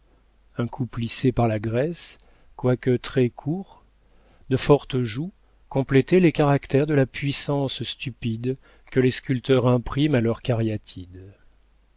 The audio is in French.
un cou plissé par la graisse quoique très court de fortes joues complétaient les caractères de la puissance stupide que les sculpteurs impriment à leurs cariatides